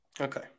Okay